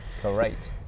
Correct